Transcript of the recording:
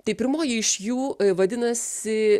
tai pirmoji iš jų vadinasi